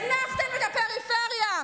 הזנחתם את הפריפריה.